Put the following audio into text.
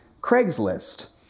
Craigslist